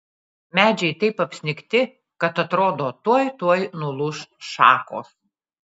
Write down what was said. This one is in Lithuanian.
medžiai taip apsnigti kad atrodo tuoj tuoj nulūš šakos